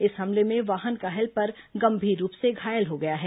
इस हमले में वाहन का हेल्पर गंभीर रूप से घायल हो गया है